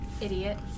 Idiot